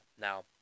Now